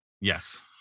Yes